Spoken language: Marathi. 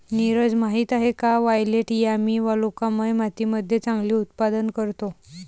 नीरज माहित आहे का वायलेट यामी वालुकामय मातीमध्ये चांगले उत्पादन करतो?